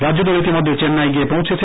রাজ্যদল ইতিমধ্যেই চেন্নাই গিয়ে পৌঁছেছে